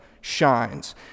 shines